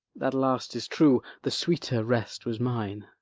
that last is true the sweeter rest was mine.